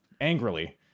angrily